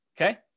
okay